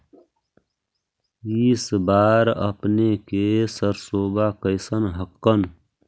इस बार अपने के सरसोबा कैसन हकन?